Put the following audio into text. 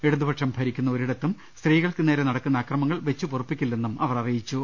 ഇടതുപക്ഷം ഭരിക്കുന്ന ഒരിടത്തും സ്ത്രീകൾക്ക് നേരെ നടക്കുന്ന അക്രമങ്ങൾ വെച്ചുപൊറുപ്പിക്കില്ലെന്നും അവർ അറിയിച്ചു